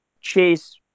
chase